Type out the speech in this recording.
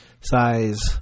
size